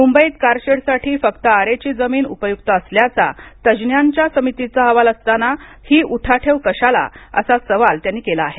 मुंबईत कारशेडसाठी फक्त आरेची जमीन उपयुक्त असल्याचा तज्ज्ञांच्या समितीचा अहवाल असताना ही उठाठेव कशाला असा सवाल त्यांनी केला आहे